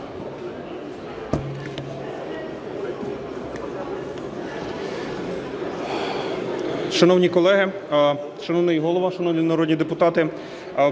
Шановні колеги, шановний Голово, шановні народні депутати!